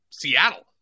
Seattle